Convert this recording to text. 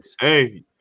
hey